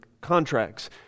contracts